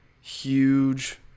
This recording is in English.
huge